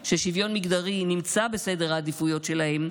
ששוויון מגדרי נמצא בסדר העדיפויות שלהם,